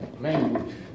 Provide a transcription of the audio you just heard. language